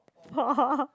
for